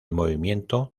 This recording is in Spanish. movimiento